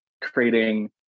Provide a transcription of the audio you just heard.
creating